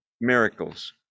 miracles